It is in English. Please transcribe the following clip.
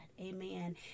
Amen